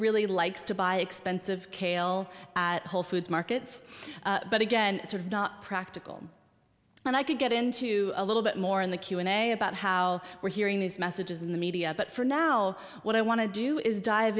really likes to buy expensive kale at whole foods markets but again sort of not practical and i could get into a little bit more in the q and a about how we're hearing these messages in the media but for now what i want to do is dive